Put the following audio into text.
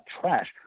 trash